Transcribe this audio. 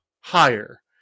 higher